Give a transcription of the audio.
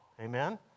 Amen